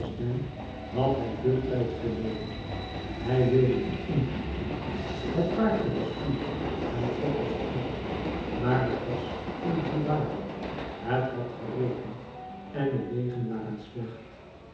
had hij veel tijd verloren hij wilde dien inhalen het paardje was vurig en trok als twee maar t was februari het had geregend en de wegen waren slecht